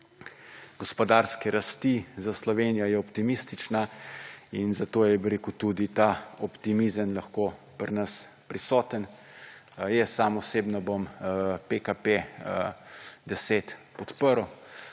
gospodarske rasti za Slovenijo je optimistična. In zato je, bi rekel, tudi ta optimizem lahko pri nas prisoten. Jaz sam osebno bom PKP 10 podprl,